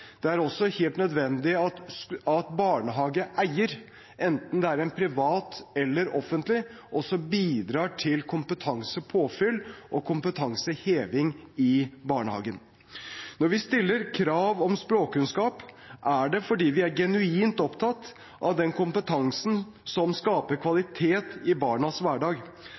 Det er også helt nødvendig at barnehageeieren, enten det er en privat eller en offentlig eier, bidrar til kompetansepåfyll og kompetanseheving i barnehagen. Når vi stiller krav om språkkunnskaper, er det fordi vi er genuint opptatt av den kompetansen som skaper kvalitet i barnas hverdag.